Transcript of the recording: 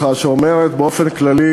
שאומרת באופן כללי: